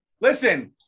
Listen